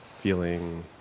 feeling